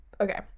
okay